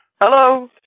Hello